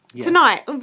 tonight